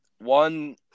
One